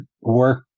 work